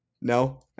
No